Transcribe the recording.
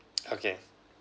okay